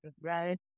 right